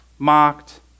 mocked